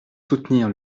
soutenir